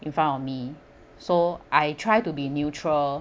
in front of me so I try to be neutral